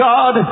God